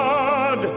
God